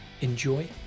Enjoy